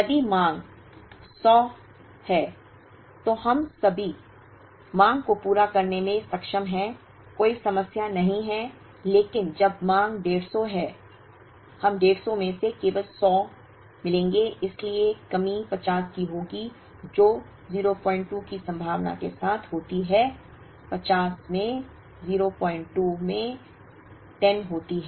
यदि मांग 100 है तो हम सभी मांग को पूरा करने में सक्षम हैं कोई समस्या नहीं है लेकिन जब मांग 150 है हम 150 में से केवल 100 मिलेंगे इसलिए कमी 50 की होगी जो 02 की सम्भावना के साथ होती है 50 में 02 में 10 होती है